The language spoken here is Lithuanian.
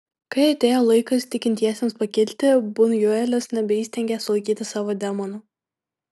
kai atėjo laikas tikintiesiems pakilti bunjuelis nebeįstengė sulaikyti savo demonų